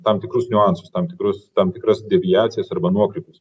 tam tikrus niuansus tam tikrus tam tikras deviacijas arba nuokrypius